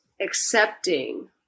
accepting